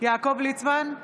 יעקב ליצמן,